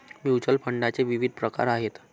mutual फंडाचे विविध प्रकार आहेत